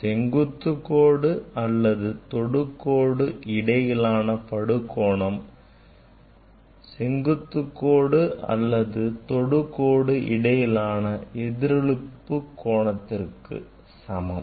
செங்குத்து கோடு அல்லது தொடுக்கோடு இடையிலான படுகோணம் செங்குத்து கோடு அல்லது தொடுக்கோடு இடையிலான எதிரொளிப்பு கோணத்திற்கு சமம்